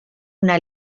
una